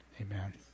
Amen